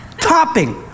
topping